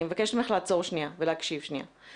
אני מבקשת ממך לעצור שנייה ולהקשיב שנייה.